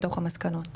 בתוך המסקנות.